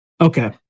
Okay